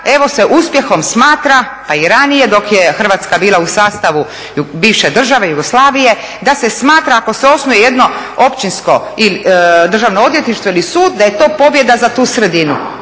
evo se uspjehom smatra pa i ranije dok je Hrvatska bila u sastavu bivše države, Jugoslavije, da se smatra ako se osnuje jedno općinsko državno odvjetništvo ili sud, da je to pobjeda za tu sredinu.